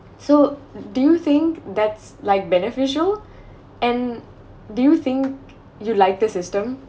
so do you think that's like beneficial and do you think you'd like this system